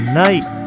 night